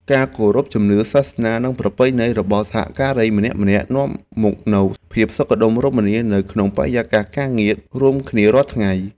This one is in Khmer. ការគោរពជំនឿសាសនានិងប្រពៃណីរបស់សហការីម្នាក់ៗនាំមកនូវភាពសុខដុមរមនានៅក្នុងបរិយាកាសការងាររួមគ្នារាល់ថ្ងៃ។